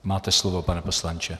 Máte slovo, pane poslanče.